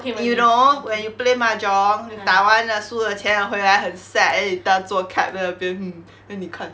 you know when you play mahjong 你打完了输了钱了回来很 sad then 你搭坐 cab then 你在那边 hmm then 你看